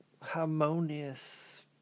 harmonious